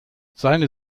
seine